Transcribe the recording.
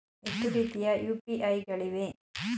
ಎಷ್ಟು ರೀತಿಯ ಯು.ಪಿ.ಐ ಗಳಿವೆ?